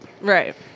right